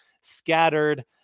scattered